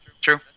True